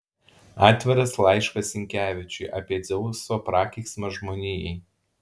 atviras laiškas sinkevičiui apie dzeuso prakeiksmą žmonijai